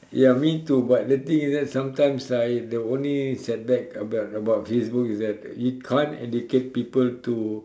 ya me too but later you know sometimes ah the only set back about about Facebook is that you can't educated people to